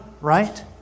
right